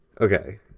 Okay